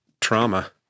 trauma